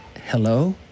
Hello